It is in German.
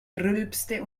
rülpste